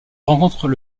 rencontrent